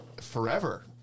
forever